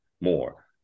more